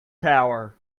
power